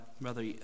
Brother